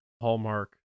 hallmark